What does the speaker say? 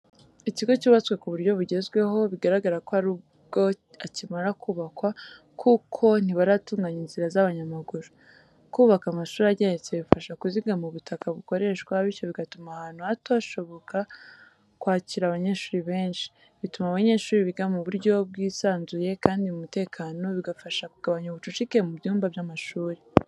Ikigo cyubatswe ku buryo bugezweho, bigaragara ko ari bwo akimara kubakwa kuko ntibaratunganya inzira z'abanyamaguru. Kubaka amashuri ageretse bifasha kuzigama ubutaka bukoreshwa, bityo bigatuma ahantu hato hashoboka kwakira abanyeshuri benshi. Bituma abanyeshuri biga mu buryo bwisanzuye kandi mu mutekano, bigafasha kugabanya ubucucike mu byumba by’amashuri.